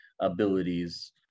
abilities